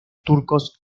turcos